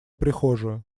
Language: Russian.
прихожую